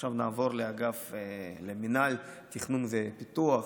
עכשיו נעבור לאגף מינהל תכנון ופיתוח.